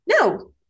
No